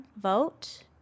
vote